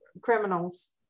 criminals